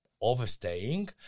overstaying